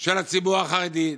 של הציבור החרדי?